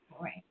Right